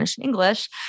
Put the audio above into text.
English